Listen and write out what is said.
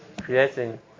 creating